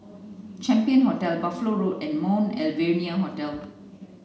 Champion Hotel Buffalo Road and Mount Alvernia Hospital